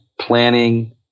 planning